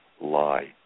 lie